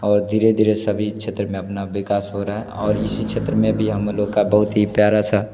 और धीरे धीरे सभी क्षेत्र में अपना विकास हो रहा है और इसी क्षेत्र में भी हम लोगों का बहुत ही प्यारा सा